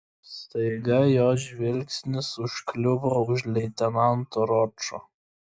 staiga jos žvilgsnis užkliuvo už leitenanto ročo